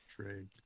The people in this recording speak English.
trade